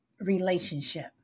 relationship